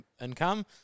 income